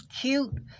cute